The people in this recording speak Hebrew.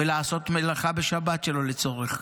ולעשות מלאכה בשבת שלא לצורך.